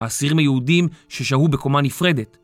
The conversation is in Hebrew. האסירים היהודים ששהו בקומה נפרדת.